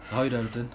hi delton